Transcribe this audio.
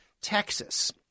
Texas